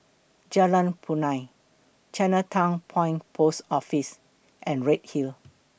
Jalan Punai Chinatown Point Post Office and Redhill